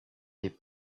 des